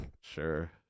Sure